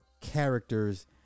characters